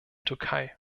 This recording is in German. türkei